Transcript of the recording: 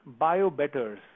Biobetters